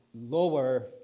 lower